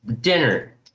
dinner